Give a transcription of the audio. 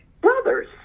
brothers